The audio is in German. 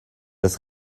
des